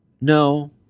No